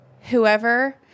whoever